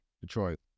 Detroit